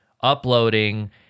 uploading